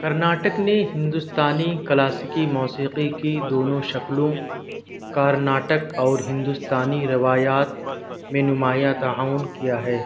کرناٹکا نے ہندوستانی کلاسیکی موسیقی کی دونوں شکلوں کارناٹکا اور ہندوستانی روایات میں نمایاں تعاون کیا ہے